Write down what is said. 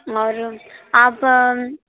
और आप